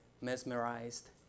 mesmerized